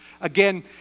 Again